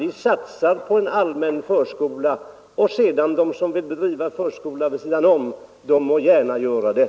Vi satsar på en allmän förskola, sedan får de som vill bedriva en förskola vid sidan om gärna göra det.